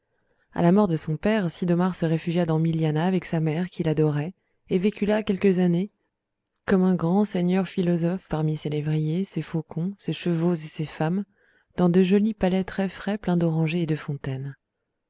à la mort de son père sid'omar se réfugia dans milianah avec sa mère qu'il adorait et vécut là quelques années comme un grand seigneur philosophe parmi ses lévriers ses faucons ses chevaux et ses femmes dans de jolis palais très frais pleins d'orangers et de fontaines